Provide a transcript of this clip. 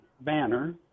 banner